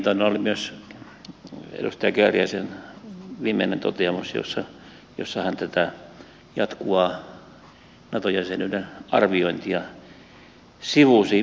mielenkiintoinen oli myös edustaja kääriäisen viimeinen toteamus jossa hän tätä jatkuvaa nato jäsenyyden arviointia sivusi